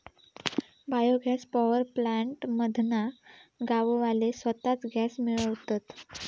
bio gas power plant मधना गाववाले स्वताच गॅस मिळवतत